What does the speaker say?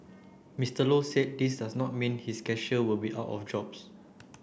Mister Low said this does not mean his cashier will be out of jobs